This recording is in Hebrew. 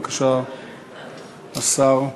בבקשה, השר.